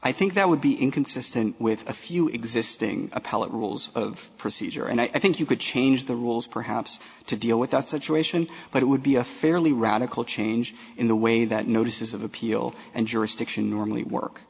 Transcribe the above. i think that would be inconsistent with a few existing appellate rules of procedure and i think you could change the rules perhaps to deal with that situation but it would be a fairly radical change in the way that notices of appeal and jurisdiction normally work